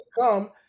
come